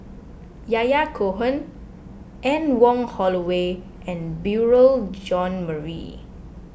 Yahya Cohen Anne Wong Holloway and Beurel John Marie